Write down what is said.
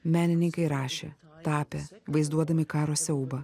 menininkai rašė tapė vaizduodami karo siaubą